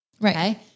Right